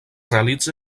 realitza